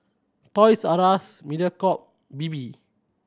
Toys R Us Mediacorp Bebe